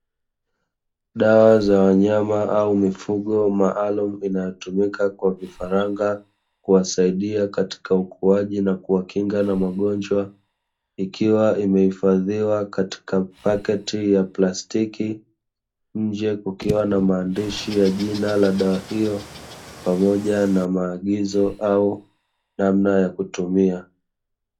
Dawa za wanyama au mifugo maalumu inayotumika kwa vifaranga kuwasaidia katika ukuaji na kuwakinga na magonjwa, ikiwa imehifadhiwa katika pakiti ya plastiki nje kukiwa na maandishi ya jina la dawa hiyo pamoja na maagizo au namna ya kutumia.